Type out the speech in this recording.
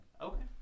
Okay